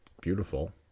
beautiful